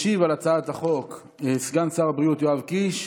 ישיב על הצעת החוק סגן שר הבריאות יואב קיש.